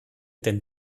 denn